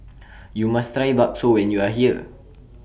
YOU must Try Bakso when YOU Are here